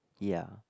ya